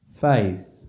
faith